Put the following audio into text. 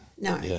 No